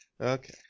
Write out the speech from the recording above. Okay